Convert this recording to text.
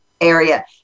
area